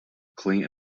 clean